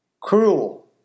cruel